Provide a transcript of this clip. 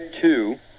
two